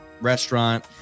restaurant